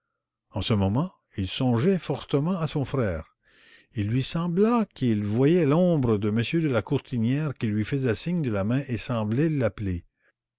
en ce moment il songeait fortement à son frère il lui sembla qu'il voyait l'ombre de m de la courtinière qui lui faisait signe de la main et semblait l'appeler